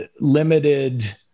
limited